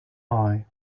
eye